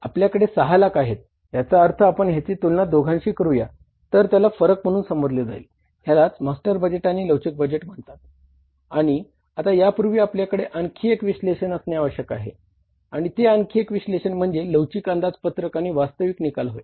आणि आता यापूर्वी आपल्याकडे आणखी एक विश्लेषण असणे आवश्यक आहे आणि ते आणखी एक विश्लेषण म्हणजे लवचिक अंदाजपत्रक आणि वास्तविक निकाल होय